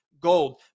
Gold